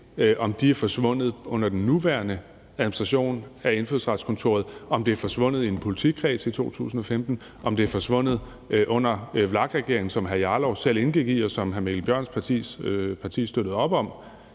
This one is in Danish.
om de er forsvundet under den nuværende administration af Indfødsretskontoret, om de er forsvundet i en politikreds i 2015, eller om de er forsvundet under VLAK-regeringen, som hr. Rasmus Jarlov selv indgik i, og som hr. Mikkel Bjørns parti støttede op om.